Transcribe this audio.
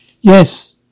Yes